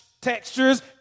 textures